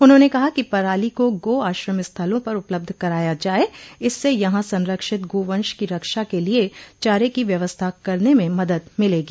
उन्होंने कहा कि पराली को गो आश्रम स्थलों पर उपलब्ध कराया जाये इससे यहां संरक्षित गो वंश की रक्षा के लिये चारे की व्यवस्था करने में मदद मिलेगी